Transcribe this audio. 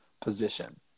position